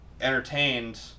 entertained